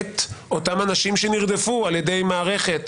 את אותם אנשים שנרדפו על ידי מערכת